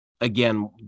again